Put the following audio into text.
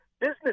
business